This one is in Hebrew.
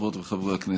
חברות וחברי הכנסת,